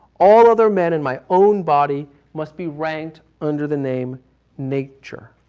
all other men in my own body must be ranked under the name nature.